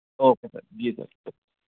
okay sir ji sir